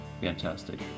Fantastic